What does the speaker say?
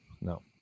No